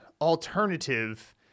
alternative